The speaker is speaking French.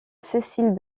cécile